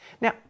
Now